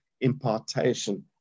impartation